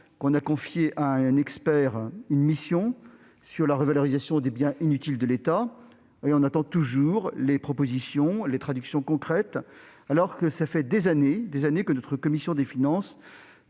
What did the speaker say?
qu'on a confié une mission à un expert sur la revalorisation des biens inutiles à l'État. On attend toujours ses propositions et ses traductions concrètes, alors que cela fait des années que notre commission des finances